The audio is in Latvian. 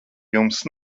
jums